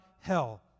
hell